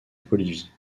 bolivie